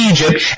Egypt